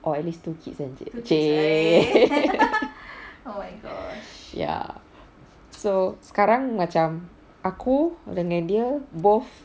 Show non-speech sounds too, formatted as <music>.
or at least two kids seh <laughs> ya so sekarang macam aku dengan dia both